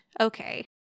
Okay